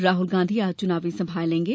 राहुल गांधी आज चुनावी सभाए लेंगे